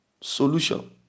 solution